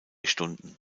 stunden